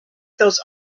those